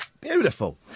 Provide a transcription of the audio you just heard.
Beautiful